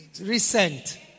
recent